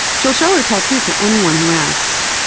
she'll show her tattoo to anyone who asks,